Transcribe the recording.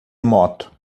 moto